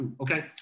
Okay